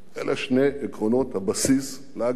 אלה שני עקרונות הבסיס להגנה,